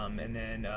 um and then,